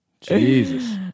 Jesus